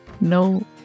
no